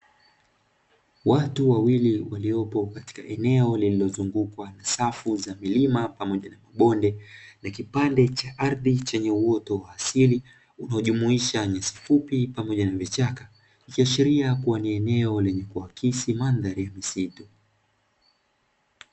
Watu wawili waliopo katika eneo lililozungukwa na safu za milima pamoja na mabonde na kipande cha ardhi chenye uoto wa asili unaojumuisha nyasi fupi pamoja na vichaka, ikiashiria ni eneo lenye kuakisi mandhari ya misitu.